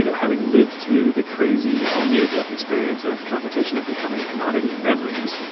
you know having lived through the crazy or near-death experience of competition and becoming a commodity of memories,